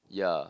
yeah